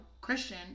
Christian